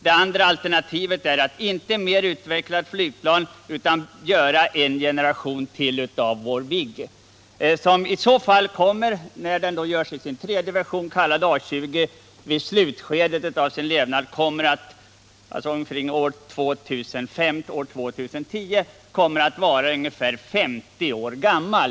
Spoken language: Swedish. Det andra alternativet är att inte mer utveckla ett flygplan utan göra ännu en generation till av Viggen, som i så fall — .när den görs i sin tredje version, kallad A 20 —- i slutskedet av sin levnad omkring år 2005 eller 2010 kommer att vara ungefär 50 år gammal.